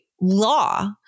law